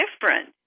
different